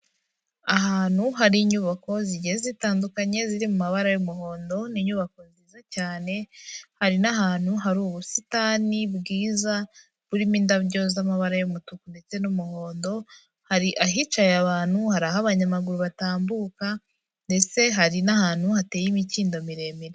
Ahantu hari inyubako zigiye zitandukanye ziri mu mabara y'umuhondo, ni inyubako nziza cyane, hari n'ahantu hari ubusitani bwiza burimo indabyo z'amabara y'umutuku ndetse n'umuhondo, hari ahicaye abantu, hari aho abanyamaguru batambuka ndetse hari n'ahantu hateye imikindo miremire.